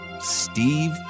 Steve